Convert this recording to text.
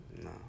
no